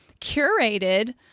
curated